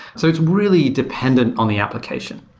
so it's really dependent on the application.